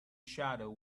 shadow